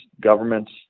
governments